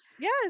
Yes